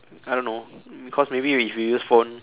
I don't know because maybe if we use phone